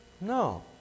No